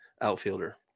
outfielder